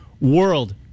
World